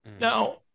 now